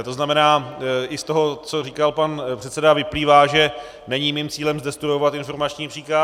To znamená, že i z toho, co říkal pan předseda, vyplývá, že není mým cílem zdestruovat informační příkaz.